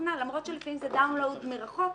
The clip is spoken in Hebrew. התוכנה למרות שלפעמים זה הטענה מרחוק.